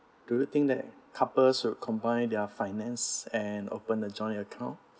do you think that couples should combine their finance and open a joint account